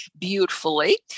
beautifully